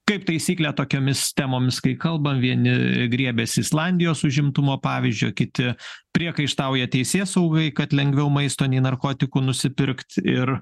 kaip taisyklė tokiomis temomis kai kalba vieni griebiasi islandijos užimtumo pavyzdžio kiti priekaištauja teisėsaugai kad lengviau maisto nei narkotikų nusipirkt ir